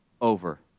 over